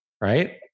right